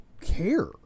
care